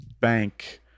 bank